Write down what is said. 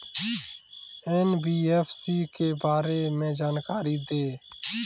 NBFC के बारे में जानकारी दें?